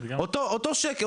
אותו שקט,